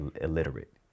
illiterate